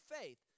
faith